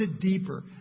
deeper